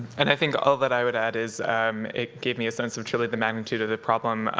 and i think all that i would add is um it gave me a sense of truly the magnitude of the problem,